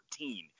14